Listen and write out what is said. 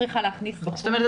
זאת אומרת,